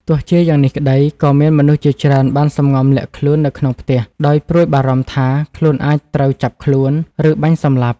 ទោះជាយ៉ាងនេះក្តី ក៏មានមនុស្សជាច្រើនបានសម្ងំលាក់ខ្លួននៅក្នុងផ្ទះ ដោយព្រួយបារម្ភថា ខ្លួនអាចត្រូវចាប់ខ្លួន ឬបាញ់សម្លាប់។